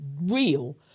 real